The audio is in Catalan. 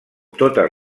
totes